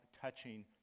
touching